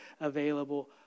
available